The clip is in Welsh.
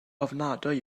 ofnadwy